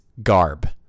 Garb